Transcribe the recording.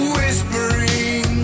Whispering